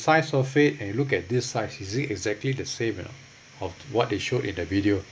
size of it and look at this size is it exactly the same or not of what they showed in the video